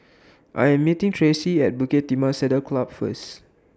I Am meeting Traci At Bukit Timah Saddle Club First